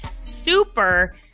super